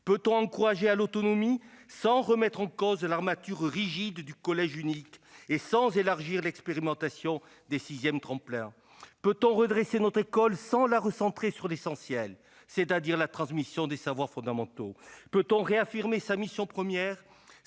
Peut-on favoriser l'autonomie sans remettre en cause l'armature rigide du collège unique et sans étendre l'expérimentation du dispositif des « 6 tremplin »? Peut-on redresser notre école sans la recentrer sur l'essentiel, c'est-à-dire la transmission des savoirs fondamentaux ? Peut-on réaffirmer sa mission première